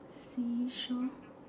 see-saw